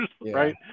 Right